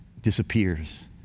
Disappears